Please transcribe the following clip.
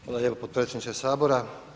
Hvala lijepo potpredsjedniče Sabora.